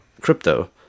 crypto